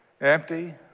Empty